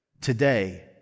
today